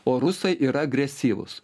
o rusai yra agresyvūs